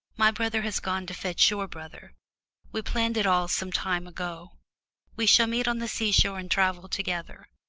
my brother has gone to fetch your brother we planned it all some time ago we shall meet on the sea-shore and travel together.